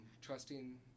trusting